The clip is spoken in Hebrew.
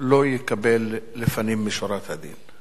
לא יקבל לפנים משורת הדין.